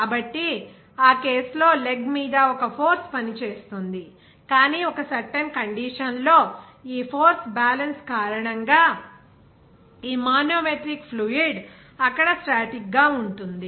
కాబట్టి ఆ కేసు లో లెగ్ మీద ఒక ఫోర్స్ పని చేస్తుంది కానీ ఒక సర్టెన్ కండిషన్ లో ఈ ఫోర్స్ బ్యాలెన్స్ కారణంగా ఈ మానోమెట్రిక్ ఫ్లూయిడ్ అక్కడ స్టాటిక్ గా ఉంటుంది